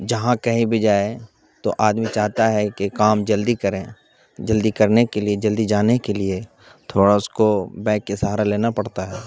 جہاں کہیں بھی جائیں تو آدمی چاہتا ہے کہ کام جلدی کریں جلدی کرنے کے لیے جلدی جانے کے لیے تھوڑا اس کو بائک کے سہارا لینا پڑتا ہے